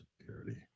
Security